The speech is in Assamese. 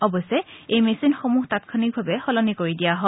অৱশ্যে এই মেচিনসমূহ তাংক্ষণিকভাৱে সলনি কৰি দিয়া হয়